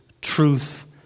truth